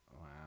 Wow